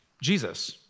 Jesus